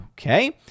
Okay